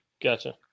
Gotcha